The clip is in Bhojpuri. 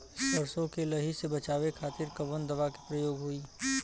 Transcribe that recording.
सरसो के लही से बचावे के खातिर कवन दवा के प्रयोग होई?